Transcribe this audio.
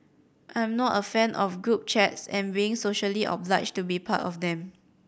I'm not a fan of group chats and being socially obliged to be part of them